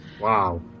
Wow